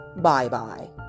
bye-bye